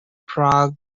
prague